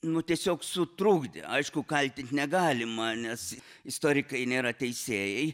nu tiesiog sutrukdė aišku kaltint negalima nes istorikai nėra teisėjai